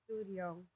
studio